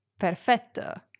Perfetto